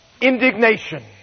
indignation